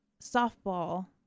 softball